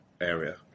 area